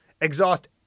exhaust